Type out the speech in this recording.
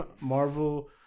Marvel